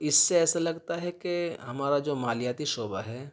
تو اس سے ایسا لگتا ہے کہ ہمارا جو مالیاتی شعبہ ہے